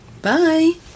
Bye